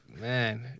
Man